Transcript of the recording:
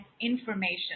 information